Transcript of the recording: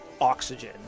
oxygen